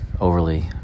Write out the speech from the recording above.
overly